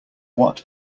what